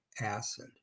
acid